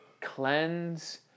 cleanse